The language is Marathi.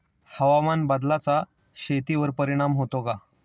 हवामान बदलाचा शेतीवर परिणाम होतो का?